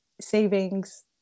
savings